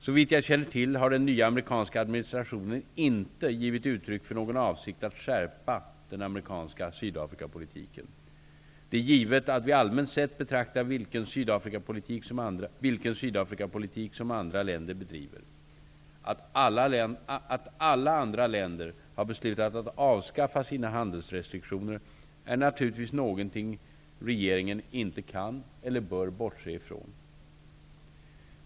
Såvitt jag känner till har den nya amerikanska administrationen inte givit uttryck för någon avsikt att skärpa den amerikanska Sydafrikapolitiken. Det är givet att vi allmänt sett beaktar vilken Sydafrikapolitik som andra länder bedriver. Att alla andra länder har beslutat att avskaffa sina handelsrestriktioner är naturligtvis någonting regeringen inte kan eller bör bortse ifrån.